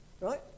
Right